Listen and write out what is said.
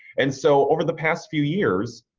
and so over the past few years,